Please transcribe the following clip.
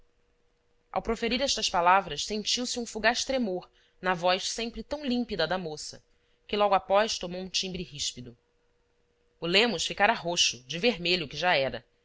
ao proferir estas palavras sentiu-se um fugaz tremor na voz sempre tão límpida da moça que logo após tomou um timbre ríspido o lemos ficara roxo de vermelho que já era